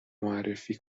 معرفی